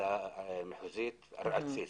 בוועדה הארצית.